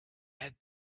had